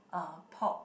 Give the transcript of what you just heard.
uh pork